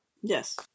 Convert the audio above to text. yes